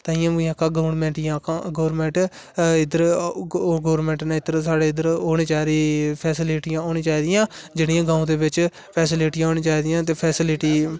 ताइयें गवर्नमेंट गी आक्खां गवर्नमेंट इद्धर साढ़े इद्धर फैसीलिटियां होनी चाहिदयां जेहडि़यां गांव दे बिच फेसीलिटियां होनी चाहिदयां ते फेसलिटी